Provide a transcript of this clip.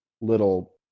little